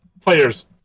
players